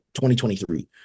2023